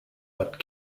but